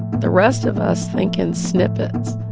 the rest of us think in snippets,